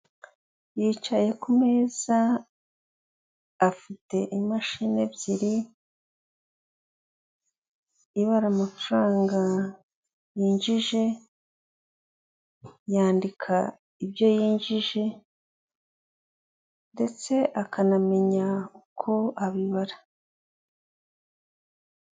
Yicaye ku meza, afite imashini ebyiri; ibara amafaranga yinjije, yandika ibyo yinjije, ndetse akanamenya uko abibara.